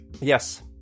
Yes